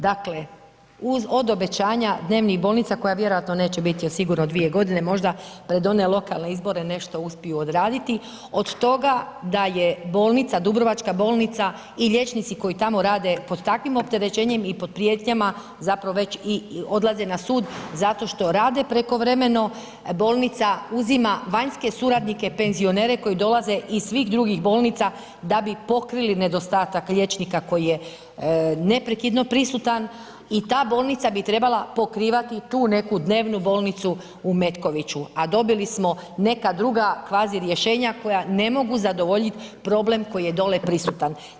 Dakle uz obećanja od dnevnih bolnica koja vjerojatno neće biti još sigurno dvije godine možda pred one lokalne izbore nešto uspiju odraditi od toga da je bolnica Dubrovačka bolnica i liječnici koji tamo rade pod takvim opterećenim i pod prijetnjama zapravo već i odlaze na sud zato što rade prekovremeno, bolnica uzima vanjske suradnike penzionere koji dolaze iz svih drugih bolnica da bi pokrili nedostatak koji je neprekidno prisutan i ta bolnica bi trebala pokrivati tu neku dnevnu bolnicu u Metkoviću, a dobili smo neka druga kvazi rješenja koja ne mogu zadovoljiti problem koji je dolje prisutan.